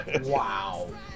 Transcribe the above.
wow